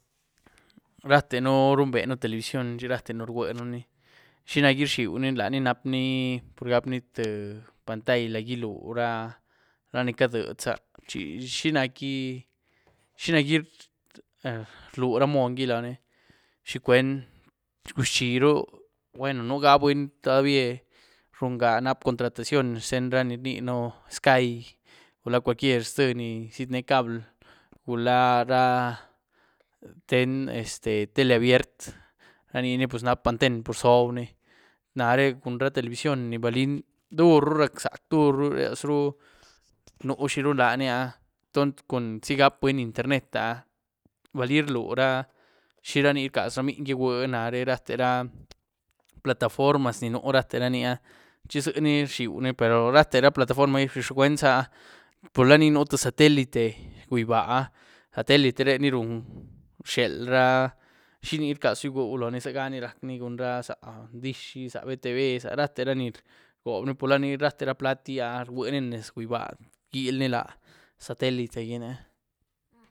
Ratënú runbeën telebisyony chi ratënú rgwueënúní. ¿Xinagí rzhíeuní? Laní nap´ní pur gap´ní tïé pantagyí lad gyílüra raní cadyedzá, chi chigac´gí-chinac´gí rluúra monygí logí, ¿xicwen? Guc´zhíru, gwueno nú gá buny, todabié rungaa nap´contratazión xten ra ni rníën "sky" gulá cualquier zté ní ziet´né cabl´ gula ra xten este tele abier´t raniní pues nap´anten por zoobní. Nare cun ra telebisyony ni balí dur´ru rac´zac´ duriarzru nú zhiru lani áh, entons cun zí gap´buny internet áh balí rluuá xiraní rcaz ra mnyin igwue nare áh, rate ra plataformas ni nú, rateranía, chi ziení rzhíeu ni áh, per rate ra plataforma´s chi cwenzá áh, por la ní nú tïé satelité gyuibá áh, satelité re ni run rzhiél ra xiní rcazu igwueu loní, zieganí rac´ni cun rah zah dish gí, zah betebe, za rate ra ni rgoobní, pur la ni rate ra plat´ gía rwuini nes gyuibá, rgilní la satelité gi ní.